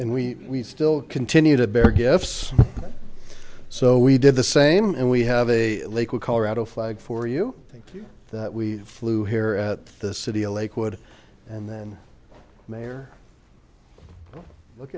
and we still continue to bear gifts so we did the same and we have a lakewood colorado flag for you think that we flew here at the city lakewood and then mayor look